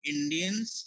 Indians